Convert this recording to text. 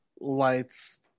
lights